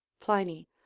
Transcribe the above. pliny